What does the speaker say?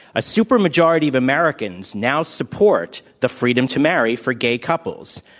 a super majority of americans now support the freedom to marry for gay couples.